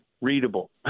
readable